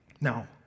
Now